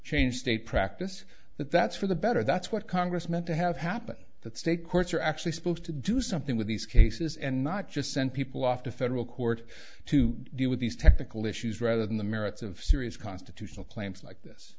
change state practice that that's for the better that's what congress meant to have happen that state courts are actually supposed to do something with these cases and not just send people off to federal court to deal with these technical issues rather than the merits of serious constitutional claims like this